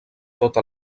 tota